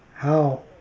how